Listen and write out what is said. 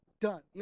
Done